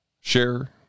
share